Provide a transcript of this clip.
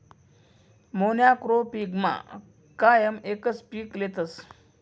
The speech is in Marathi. मोनॉक्रोपिगमा कायम एकच पीक लेतस